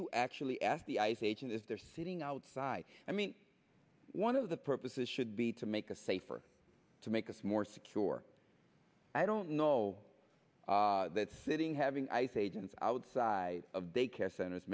you actually ask the ice agent is there sitting outside i mean one of the purposes should be to make a safer to make us more secure i don't know that sitting having ice agents outside of daycare cent